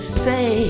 say